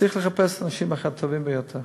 צריך לחפש את האנשים הטובים ביותר.